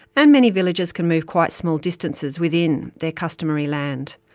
and many villages can move quite small distances within their customary land.